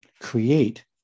create